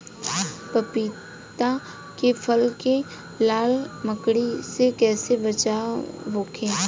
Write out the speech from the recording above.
पपीता के फल के लाल मकड़ी से कइसे बचाव होखि?